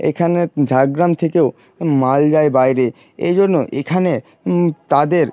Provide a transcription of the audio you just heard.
এখানে ঝাড়গ্রাম থেকেও মাল যায় বাইরে এই জন্য এখানে তাদের